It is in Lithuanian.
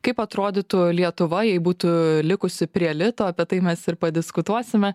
kaip atrodytų lietuva jei būtų likusi prie elito apie tai mes ir padiskutuosime